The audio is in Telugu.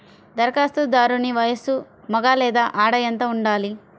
ధరఖాస్తుదారుని వయస్సు మగ లేదా ఆడ ఎంత ఉండాలి?